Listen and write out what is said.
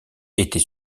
était